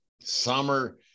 summer